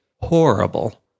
horrible